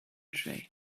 tray